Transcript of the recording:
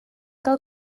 gael